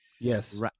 Yes